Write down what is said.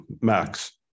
max